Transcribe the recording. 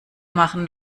machen